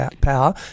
power